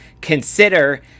consider